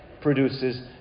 produces